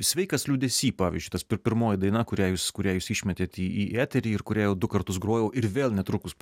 sveikas liūdesy pavyzdžiui tas pirmoji daina kurią jūs kurią jūs išmetėt į į eterį ir kurią jau du kartus grojau ir vėl netrukus